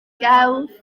gelf